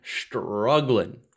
struggling